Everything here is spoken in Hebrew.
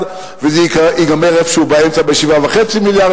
וזה ייגמר איפשהו באמצע ב-7.5 מיליארד.